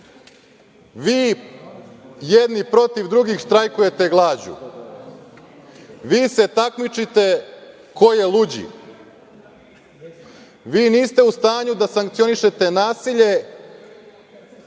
Vi jedni protiv drugih štrajkujete glađu. Vi se takmičite ko je luđi. Vi niste u stanju da sankcionišete nasilje